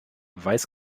weiß